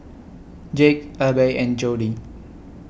Jake Abbey and Jody